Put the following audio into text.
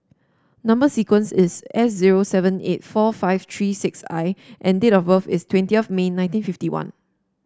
number sequence is S zero seven eight four five three six I and date of birth is twenty of May nineteen fifty one